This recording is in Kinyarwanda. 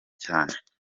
cyane